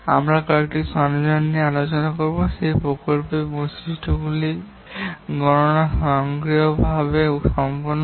আমরা এই কয়েকটি সরঞ্জাম নিয়ে আলোচনা করব যেখানে প্রকল্পের বৈশিষ্ট্যগুলির গণনা স্বয়ংক্রিয়ভাবে সম্পন্ন হয়